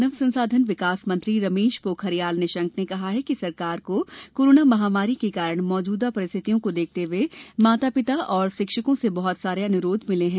मानव संसाधन विकास मंत्री रमेश पोखरियाल निशंक ने कहा है कि सरकार को कोरोना महामारी के कारण मौजूदा परिस्थितियों को देखते हुए माता पिता और शिक्षकों से बहुत सारे अनुरोध मिले हैं